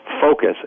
focus